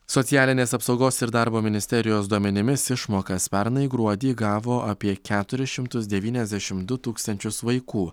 socialinės apsaugos ir darbo ministerijos duomenimis išmokas pernai gruodį gavo apie keturis šimtus devyniasdešim du tūkstančius vaikų